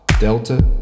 delta